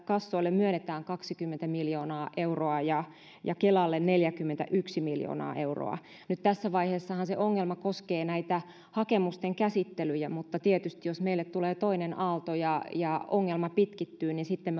kassoille myönnetään kaksikymmentä miljoonaa euroa ja ja kelalle neljäkymmentäyksi miljoonaa euroa nyt tässä vaiheessahan se ongelma koskee näitä hakemusten käsittelyjä mutta tietysti jos meille tulee toinen aalto ja ja ongelma pitkittyy niin sitten